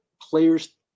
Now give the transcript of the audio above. players